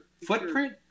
footprint